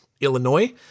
Illinois